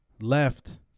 left